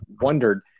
wondered